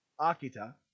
Akita